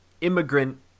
immigrant